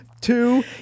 two